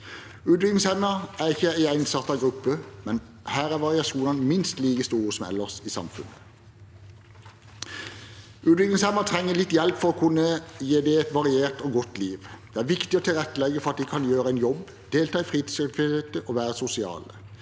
Utviklingshemmede er ikke en ensartet gruppe, her er variasjonene minst like store som ellers i samfunnet, men utviklingshemmede trenger litt hjelp for å kunne få et variert og godt liv. Det er viktig å tilrettelegge for at de kan gjøre en jobb, delta i fritidsaktiviteter og være sosiale